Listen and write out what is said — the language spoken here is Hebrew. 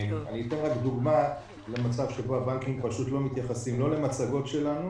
אני אתן רק דוגמה למצב שבו הבנקים פשוט לא מתייחסים לא למצגות שלנו